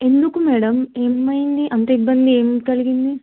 ఎందుకు మేడం ఏమైంది అంత ఇబ్బంది ఏం కలిగింది